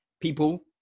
people